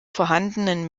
vorhandenen